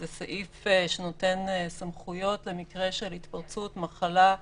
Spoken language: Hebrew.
זה סעיף שנותן סמכויות למקרה של התפרצות, מחלה.